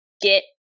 get